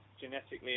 genetically